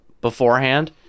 beforehand